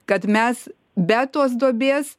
kad mes be tos duobės